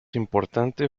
importante